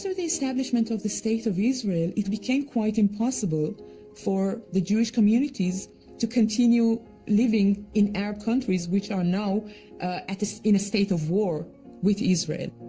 so establishment of the state of israel, it became quite impossible for the jewish communities to continue living in arab countries, which are now in a state of war with israel.